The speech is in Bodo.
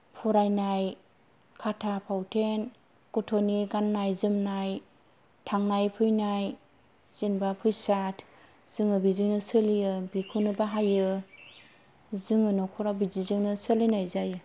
फरायनाय खाथा फावथेन गथ'नि गाननाय जोमनाय थांनाय फैनाय जेनबा फैसा जोङो बेजोंनो सोलियो बेखौनो बाहायो जोङो न'खरा बिदिजोंनो सोलिनाय जायो